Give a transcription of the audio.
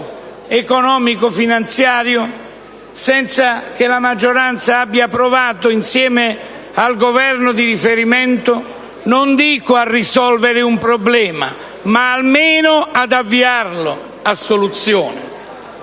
economico-finanziario, senza che la maggioranza abbia provato, insieme al Governo di riferimento, se non a risolvere un problema, almeno ad avviarlo a soluzione.